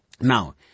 Now